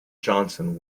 johnson